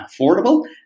affordable